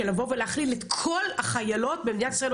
של לבוא ולהכליל את כל החיילות במדינת ישראל,